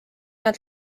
nad